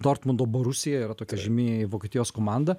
dortmundo borusija yra tokia žymi vokietijos komanda